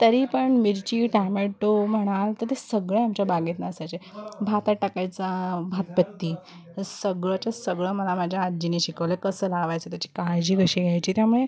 तरी पण मिरची टॅमेटो म्हणाल तर ते सगळे आमच्या बागेतनं असायचे भात टाकायचा भातबत्ती सगळंच्या सगळं मला माझ्या आजीने शिकवलं कसं लावायचं त्याची काळजी कशी घ्यायची त्यामुळे